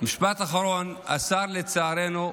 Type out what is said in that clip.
משפט אחרון: לצערנו,